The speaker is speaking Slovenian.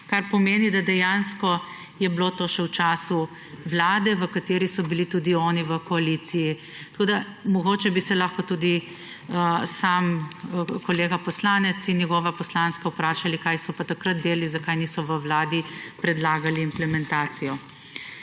kar pomeni, da dejansko je bilo to še v času vlade, v kateri so bili tudi oni v koaliciji. Tako bi se mogoče lahko tudi sam kolega poslanec in njegova poslanska skupina vprašali, kaj so pa takrat delali, zakaj niso v vladi predlagali implementacijo.